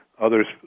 others